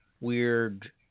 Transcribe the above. weird